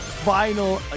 Final